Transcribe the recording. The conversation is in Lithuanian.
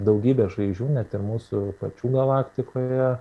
daugybė žvaigždžių net ir mūsų pačių galaktikoje